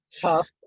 tough